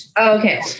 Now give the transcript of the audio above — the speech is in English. Okay